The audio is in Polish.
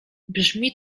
brzmi